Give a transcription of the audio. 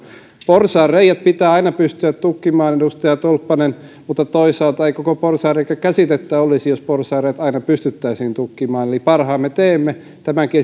porsaanreiät pitää aina pystyä tukkimaan edustaja tolppanen mutta toisaalta ei koko porsaanreikä käsitettä olisi jos porsaanreiät aina pystyttäisiin tukkimaan eli parhaamme teemme tämänkin